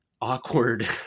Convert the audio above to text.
awkward